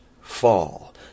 fall